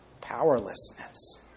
powerlessness